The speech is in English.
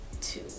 two